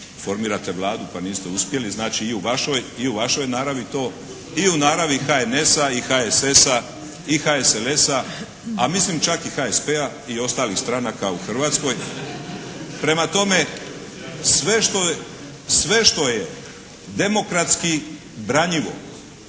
formirate Vladu pa niste uspjeli, znači i u vašoj je naravi to i u naravi HNS-a i HSS-a i HSLS-a a mislim čak i HSP-a i ostalih stranaka u Hrvatskoj. Prema tome sve što je demokratski branjivo